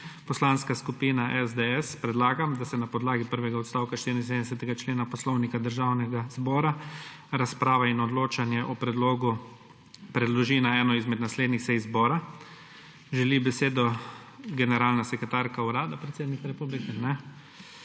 Poslanska skupina SDS predlaga, da se na podlagi prvega odstavka 74. člena Poslovnika Državnega zbora razprava in odločanje o predlogu preloži na eno izmed naslednjih sej zbora. Želi besedo generalna sekretarka Urada predsednika republike? Ne.